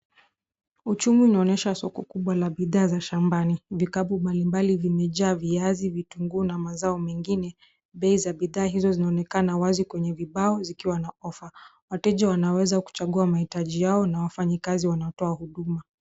Uchumi unaonyesha soko kubwa la bidhaa za shambani. Vikapu mbalimbali vimejaa viazi, vitunguu na mazao mengine. Bei za bidhaa hizo zinaonekana wazi kwenye vibao zikiwa na ofa. Wateja wanaweza kuchagua mahitaji yao na wafanyikazi wanatoa huduma.